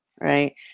right